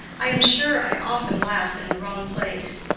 i am sure i often laugh in the wrong place.